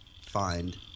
find